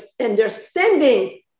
understanding